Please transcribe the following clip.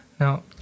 Now